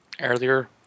earlier